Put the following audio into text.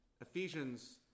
Ephesians